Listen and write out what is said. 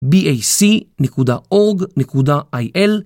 bac.org.il